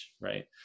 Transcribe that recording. right